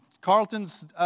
Carlton's